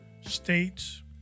states